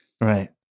Right